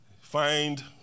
Find